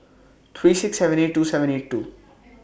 three six seven eight two seven eight two